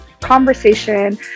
conversation